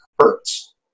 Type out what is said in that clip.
hurts